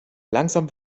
langsam